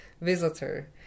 visitor